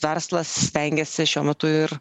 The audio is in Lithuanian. verslas stengiasi šiuo metu ir